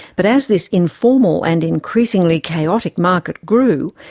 but as this informal and increasingly chaotic market grew,